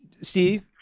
Steve